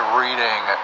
reading